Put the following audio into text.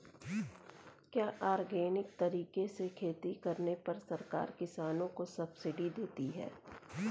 क्या ऑर्गेनिक तरीके से खेती करने पर सरकार किसानों को सब्सिडी देती है?